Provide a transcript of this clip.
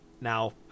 Now